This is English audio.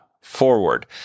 forward